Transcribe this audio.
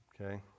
Okay